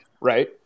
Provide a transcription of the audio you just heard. right